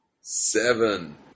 Seven